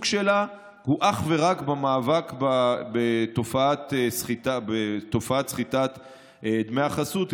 שלה הוא אך ורק במאבק בתופעת סחיטת דמי החסות.